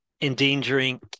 endangering